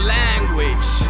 language